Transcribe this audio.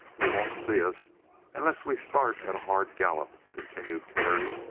they won't see us unless we start at a hard gallop, continued terry.